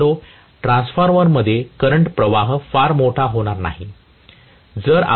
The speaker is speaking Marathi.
आम्ही म्हणालो ट्रान्सफॉर्मरमध्ये करंटचा प्रवाह फार मोठा होणार नाही